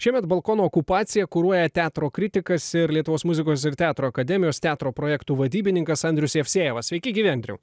šiemet balkono okupaciją kuruoja teatro kritikas ir lietuvos muzikos ir teatro akademijos teatro projektų vadybininkas andrius jevsejevas sveiki gyvi andriau